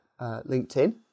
LinkedIn